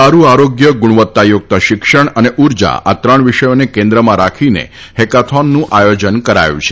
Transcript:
સારૂ આરોગ્ય ગુણવત્તાયુક્ત શિક્ષણ અને ઉર્જા આ ત્રણ વિષયોને કેન્દ્રમાં રાખીને હેકાથોનનું આયોજન કરાયું છે